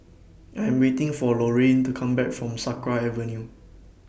I Am waiting For Lorayne to Come Back from Sakra Avenue